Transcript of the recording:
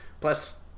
Plus